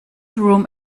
room